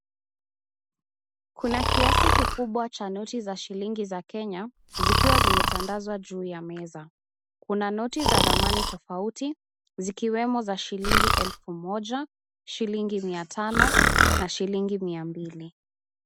Kuna kiasi kikubwa cha noti za Kenya zikiwa zimetangazwa juu ya meza. Kuna noti za thamani tofauti, zikiwemo za shilingi elfu moja, shilingi mia tano na shilingi mia mbili.